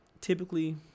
typically